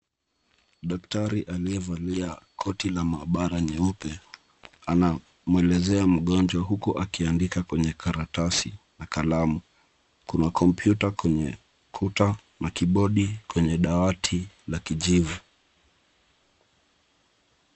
Daktari aliyevalia koti la maabara nyeupe anamwelezea mgonjwa huku akiandika kwenye karatasi na kalamu kuna kompyuta kwenye kuta na kibordi kwenye dawati la kijivu.